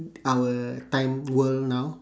in t~ our time world now